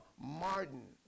Martin